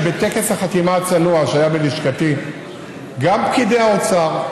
אני יכול להגיד שבטקס החתימה הצנוע שהיה בלשכתי גם פקידי האוצר,